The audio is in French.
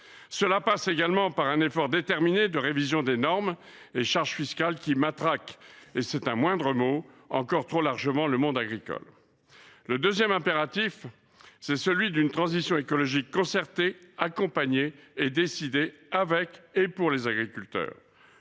Cela passe également par un effort déterminé de révision des normes et charges fiscales qui matraquent – et c’est là un moindre mot – encore trop largement le monde agricole. Le deuxième impératif est celui d’une transition écologique concertée, accompagnée et décidée avec et pour les agriculteurs.